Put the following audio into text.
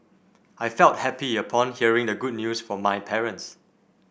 I felt happy upon hearing the good news from my parents